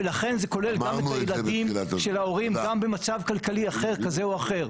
ולכן זה כולל גם את הילדים של ההורים גם במצב כלכלי כזה או אחר.